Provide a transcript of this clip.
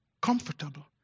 comfortable